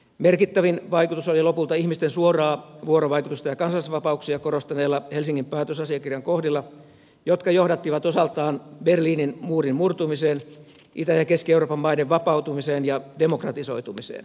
merkittävin vaikutus oli lopulta ihmisten suoraa vuorovaikutusta ja kansalaisvapauksia korostaneilla helsingin päätösasiakirjan kohdilla jotka johdattivat osaltaan berliinin muurin murtumiseen itä ja keski euroopan maiden vapautumiseen ja demokratisoitumiseen